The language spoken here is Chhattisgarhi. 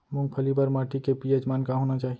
मूंगफली बर माटी के पी.एच मान का होना चाही?